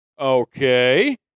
Okay